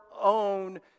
own